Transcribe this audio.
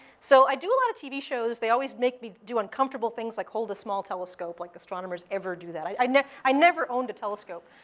so i do a lot of tv shows. they always make me do uncomfortable things like hold a small telescope, like astronomers ever do that. i never i never owned a telescope.